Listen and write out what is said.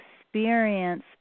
experience